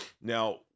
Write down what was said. Now